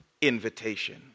invitation